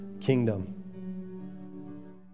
kingdom